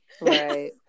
Right